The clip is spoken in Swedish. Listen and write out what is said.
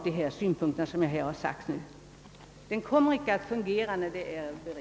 Det är desto mera onödigt som barnstugorna icke kommer att fungera i ett beredskapsläge.